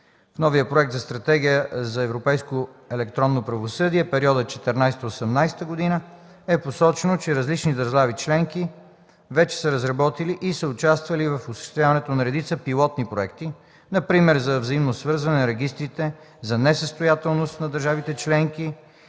В новия проект на Стратегия за европейско електронно правосъдие в периода 2014 2018 г. е посочено, че различни държави членки вече са разработили и са участвали в осъществяването на редица пилотни проекти например за взаимно свързване на регистрите за несъстоятелност на държавите членки